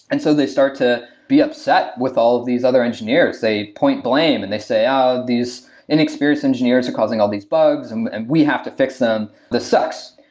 and so, they start to be upset with all these other engineers, say point blame, and they say, oh! these inexperienced engineers are causing all these bugs, and and we have to fix them. this sucks!